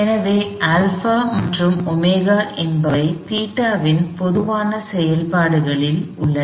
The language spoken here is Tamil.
எனவே α மற்றும் ω என்பவை ϴ இன் பொதுவான செயல்பாடுகளில் உள்ளன